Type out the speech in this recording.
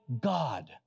God